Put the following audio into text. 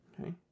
Okay